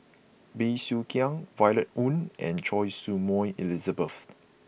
Bey Soo Khiang Violet Oon and Choy Su Moi Elizabeth